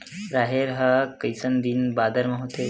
राहेर ह कइसन दिन बादर म होथे?